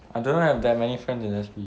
I don't have that many friends in S_P